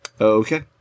Okay